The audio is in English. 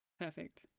Perfect